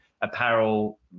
apparel